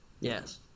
Yes